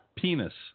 penis